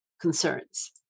concerns